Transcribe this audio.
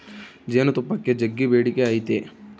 ಜೇನುತುಪ್ಪಕ್ಕ ಜಗ್ಗಿ ಬೇಡಿಕೆ ಐತೆ